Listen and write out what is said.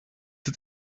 het